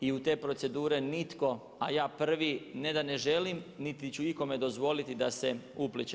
I u te procedure nitko, a ja prvi, ne da ne želim niti ću ikome dozvoliti da se upliće.